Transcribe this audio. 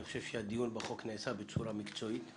אני חושב שהדיון בחוק נעשה בצורה מקצועית,